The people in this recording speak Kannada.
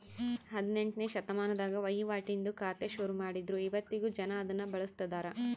ಹದಿನೆಂಟ್ನೆ ಶತಮಾನದಾಗ ವಹಿವಾಟಿಂದು ಖಾತೆ ಶುರುಮಾಡಿದ್ರು ಇವತ್ತಿಗೂ ಜನ ಅದುನ್ನ ಬಳುಸ್ತದರ